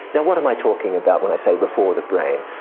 now what am i talking about when i say before the brain?